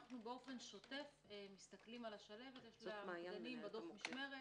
אנחנו באופן שוטף מסתכלים על שלהבת בדוח משמרת